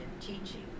teaching